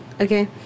okay